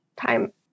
time